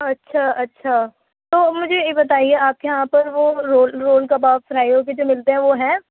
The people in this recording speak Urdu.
اچھا اچھا تو مجھے یہ بتائیے آپ کے یہاں پر وہ رول رول کباب فرائی ہو کے جو ملتے ہے وہ ہے